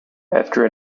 after